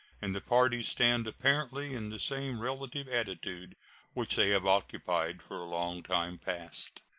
and the parties stand apparently in the same relative attitude which they have occupied for a long time past.